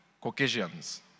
Caucasians